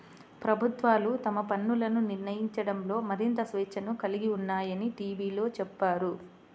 ప్రభుత్వాలు తమ పన్నులను నిర్ణయించడంలో మరింత స్వేచ్ఛను కలిగి ఉన్నాయని టీవీలో చెప్పారు